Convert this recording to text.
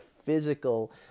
physical